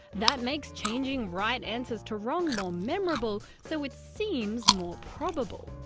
that makes changing right answers to wrong more memorable, so it seems more probable.